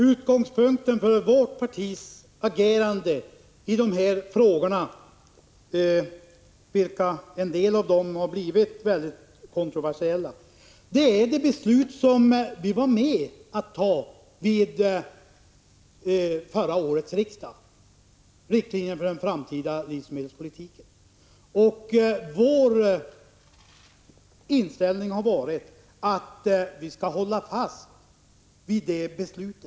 Utgångspunkten för vårt partis agerande i de aktuella frågorna, av vilka en del har blivit mycket kontroversiella, är det beslut i riksdagen om riktlinjer för den framtida livsmedelspolitiken som vi var med om att fatta förra året. Vår inställning har varit att vi skall hålla fast vid detta beslut.